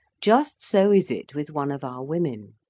just so is it with one of our women.